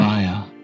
Fire